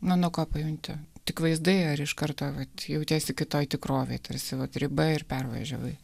na nuo ko pajunti tik vaizdai ar iš karto vat jautiesi kitoj tikrovėj tarsi vat riba ir per važiavai